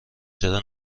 چرا